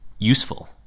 useful